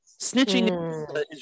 Snitching